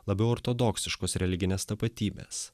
labiau ortodoksiškos religinės tapatybės